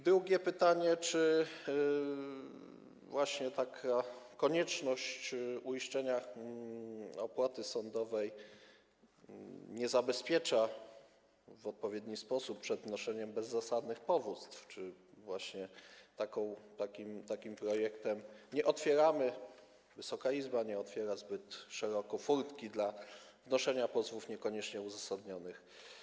Drugie pytanie: Czy konieczność uiszczenia opłaty sądowej nie zabezpiecza w odpowiedni sposób przed wnoszeniem bezzasadnych powództw, czy właśnie takim projektem nie otwieramy, Wysoka Izba nie otwiera zbyt szeroko furtki dla wnoszenia pozwów niekoniecznie uzasadnionych?